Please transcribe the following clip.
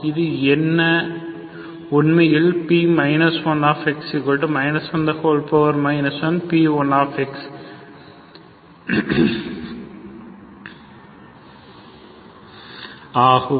இது என்ன உண்மையில் P 1 1 1P1 ஆகும்